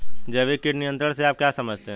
जैविक कीट नियंत्रण से आप क्या समझते हैं?